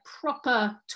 proper